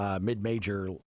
mid-major